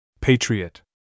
Patriot